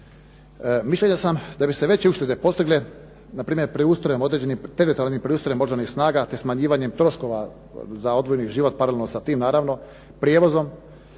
Mišljenja sam da bi se veće uštede postigle npr. teritorijalnim preustrojem Oružanih snaga te smanjivanjem troškova za odvojeni život paralelno sa tim naravno, prijevozom.